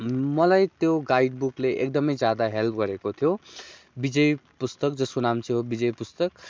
मलाई त्यो गाइड बुकले एकदमै ज्यादा हेल्प गरेको थियो विजय पुस्तक जसको नाम चाहिँ हो विजय पुस्तक